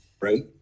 Right